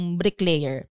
bricklayer